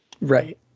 right